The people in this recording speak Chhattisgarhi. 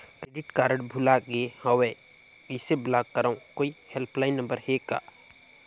क्रेडिट कारड भुला गे हववं कइसे ब्लाक करव? कोई हेल्पलाइन नंबर हे का?